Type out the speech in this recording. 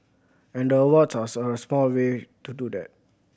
and the awards are a small way to do that